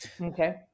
Okay